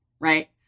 right